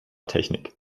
technik